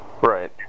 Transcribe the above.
Right